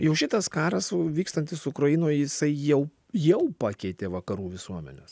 jau šitas karas vykstantis ukrainoj jisai jau jau pakeitė vakarų visuomenes